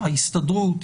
ההסתדרות,